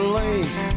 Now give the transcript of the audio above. lake